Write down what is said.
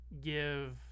give